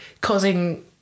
causing